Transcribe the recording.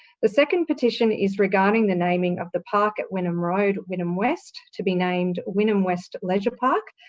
the second petition is regarding the naming of the park at wynnum road, wynnum west, to be named wynnum west leisure park.